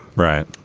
right.